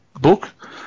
book